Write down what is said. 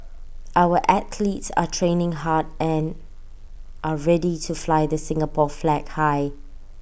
our athletes are training hard and are ready to fly the Singapore flag high